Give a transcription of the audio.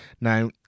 Now